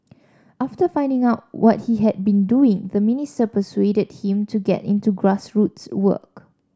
after finding out what he had been doing the minister persuaded him to get into grassroots work